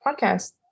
podcast